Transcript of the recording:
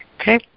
okay